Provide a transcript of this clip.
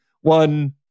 one